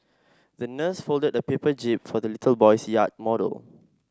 the nurse folded a paper jib for the little boy's yacht model